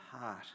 heart